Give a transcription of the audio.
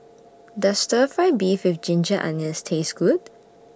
Does Stir Fry Beef with Ginger Onions Taste Good